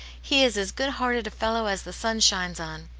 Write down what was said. he is as good-hearted a fellow as the sun shines on.